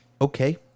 Okay